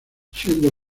siendo